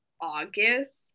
August